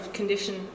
condition